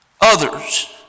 Others